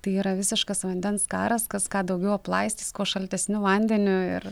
tai yra visiškas vandens karas kas ką daugiau aplaistys kuo šaltesniu vandeniu ir